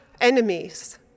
enemies